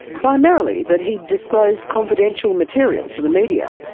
primarily that he'd disclosed confidential material to the media,